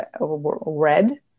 red